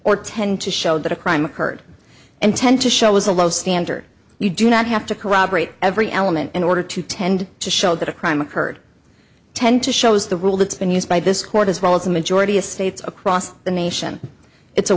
or tend to show that a crime occurred and tend to show is a low standard you do not have to corroborate every element in order to tend to show that a crime occurred tend to shows the rule that's been used by this court as well as the majority of states across the nation it's a